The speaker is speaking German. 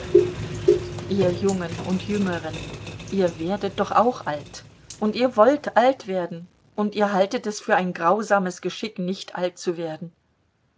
ihr jungen und jüngeren ihr werdet doch auch alt und ihr wollt alt werden und ihr haltet es für ein grausames geschick nicht alt zu werden